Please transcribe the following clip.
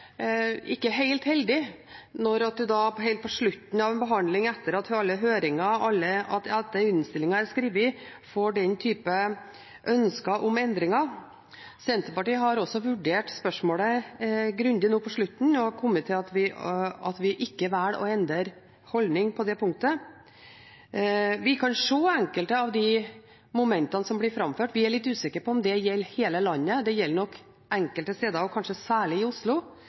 ikke helt heldig når en helt på slutten av en behandling, etter alle høringer og etter at innstillingen er skrevet, får den typen ønsker om endringer. Senterpartiet har også vurdert spørsmålet grundig nå på slutten og kommet til at vi ikke velger å endre holdning på det punktet. Vi kan se enkelte av de momentene som blir framført. Vi er litt usikre på om det gjelder hele landet. Det er nok enkelte steder – kanskje særlig i Oslo